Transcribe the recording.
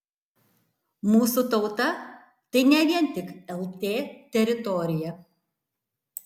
mūsų tauta tai ne vien tik lt teritorija